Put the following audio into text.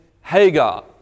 Hagar